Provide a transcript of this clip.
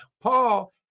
Paul